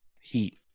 heat